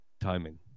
Timing